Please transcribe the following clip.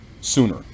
sooner